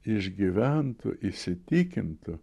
išgyventų įsitikintų